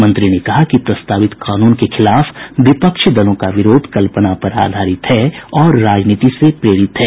मंत्री ने कहा कि प्रस्तावित कानून के खिलाफ विपक्षी दलों का विरोध कल्पना पर आधारित और राजनीति से प्रेरित है